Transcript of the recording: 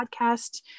podcast